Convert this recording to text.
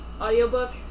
audiobook